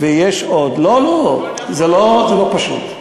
ויש עוד, לא, זה לא פשוט.